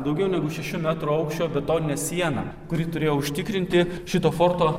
daugiau negu šešių metrų aukščio betoninė siena kuri turėjo užtikrinti šito forto